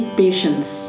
patience